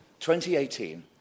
2018